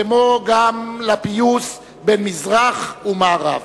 כמו גם לפיוס בין מזרח למערב.